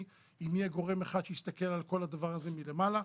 אם יהיה גורם אחד שיסתכל על כל הדבר הזה מלמעלה.